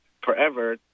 forever